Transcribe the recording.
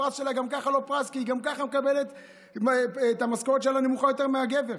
הפרס שלה הוא גם ככה לא פרס כי גם ככה המשכורת שלה נמוכה יותר משל הגבר.